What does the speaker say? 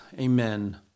Amen